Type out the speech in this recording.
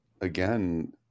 again